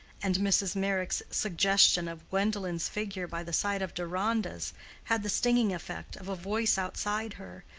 and mrs. meyrick's suggestion of gwendolen's figure by the side of deronda's had the stinging effect of a voice outside her,